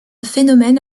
phénomène